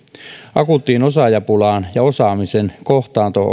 akuuttiin osaajapulaan ja osaamisen kohtaanto